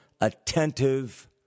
attentive